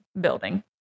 building